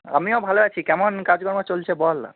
আমিও ভালো আছি কেমন কাজকর্ম চলছে বল